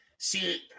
See